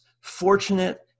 fortunate